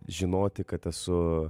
žinoti kad esu